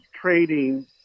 trading